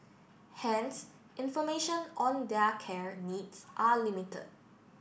hence information on their care needs are limited